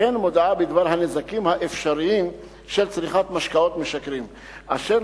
וכן מודעה בדבר הנזקים האפשריים של צריכת משקאות משכרים אשר